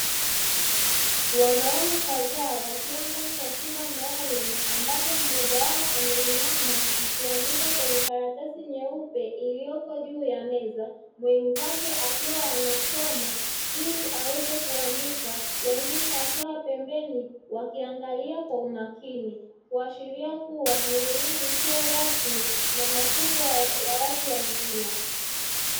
Wanaume kadhaa wakiwa ndani ya chumba maalumu, ambapo mmoja wao ameinama akiandika kwenye karatasi nyeupe iliyoko juu ya meza, mwenzake akiwa anasoma ili aweze kuandika wengine wakiwa pembeni wakiangalia kwa umakini; kuashiria kuwa ni elimu isiyo rasmi na mafunzo ya watu wazima.